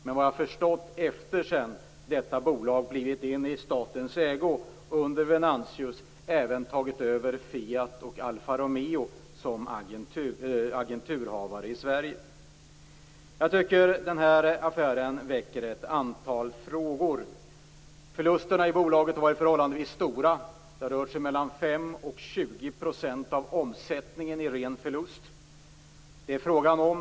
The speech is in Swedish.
Men vad jag har förstått har man, efter det att detta bolag blev i statens ägo under Venantius, även tagit över Fiat och Jag tycker att denna affär väcker ett antal frågor. Förlusterna i bolaget har varit förhållandevis stora. Det har rört sig om mellan 5 % och 20 % av omsättningen i ren förlust.